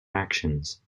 actions